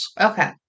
Okay